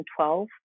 2012